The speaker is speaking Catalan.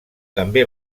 també